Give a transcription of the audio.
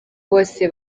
bose